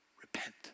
Repent